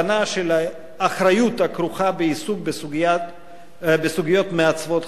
האחריות הכרוכה בעיסוק בסוגיות מעצבות חיים אלו.